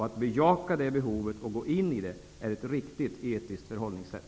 Att bejaka det behovet och gå in i det är ett riktigt etiskt förhållningssätt.